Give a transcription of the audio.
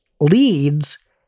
leads